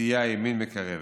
תהיה הימין מקרבת.